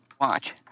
Watch